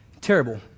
terrible